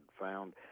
found